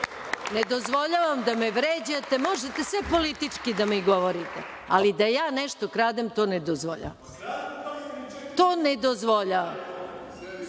Ne dozvoljavam da me vređate. Možete sve politički da mi govorite, ali da ja nešto kradem, to ne dozvoljavam.(Boško Obradović: